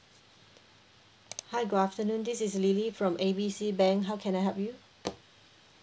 hi good afternoon this is lily from A B C bank how can I help you